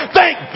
Thank